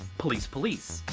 police police.